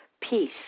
peace